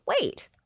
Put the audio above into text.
wait